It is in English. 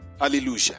Hallelujah